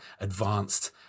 advanced